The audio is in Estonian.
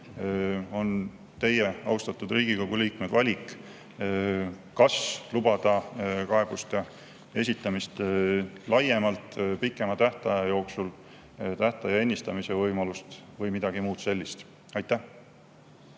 näinud. Austatud Riigikogu liikmed, on teie valik, kas lubada kaebuste esitamist laiemalt, pikema tähtaja jooksul, tähtaja ennistamise võimalust või midagi muud sellist. Aitäh!